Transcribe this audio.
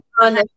on